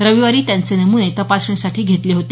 रविवारी त्यांचे नमुने तपासणीसाठी घेतले होते